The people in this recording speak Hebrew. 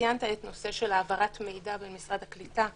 ציינת את הנושא של העברת מידע בין משרד הקליטה לרשות,